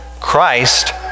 Christ